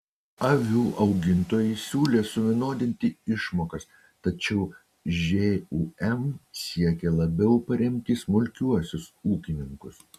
avių augintojai siūlė suvienodinti išmokas tačiau žūm siekė labiau paremti smulkiuosius ūkininkus